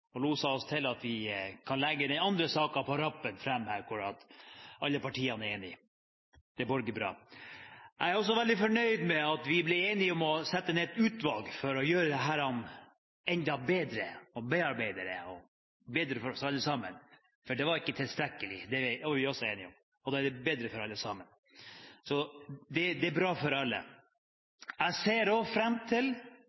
Hun loset oss igjennom, slik at vi på rappen kan legge fram de andre sakene hvor alle partiene er enige. Det lover godt. Jeg er også veldig fornøyd med at vi ble enige om å sette ned et utvalg for å gjøre dette enda bedre – bearbeide det og gjøre det bedre for oss alle – for det var ikke tilstrekkelig. Det er vi også enige om. Da blir det bedre for alle. Det er bra for alle.